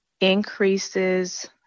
increases